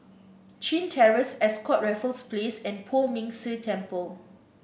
Chin Terrace Ascott Raffles Place and Poh Ming Tse Temple